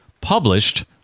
published